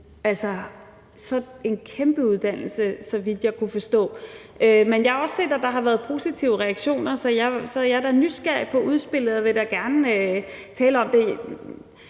altså en kæmpeuddannelse, så vidt jeg kunne forstå. Men jeg har også set, at der har været positive reaktioner, så jeg er da nysgerrig på udspillet, og jeg vil gerne tale om det.